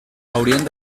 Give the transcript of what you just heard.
haurien